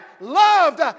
loved